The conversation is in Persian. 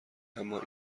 اما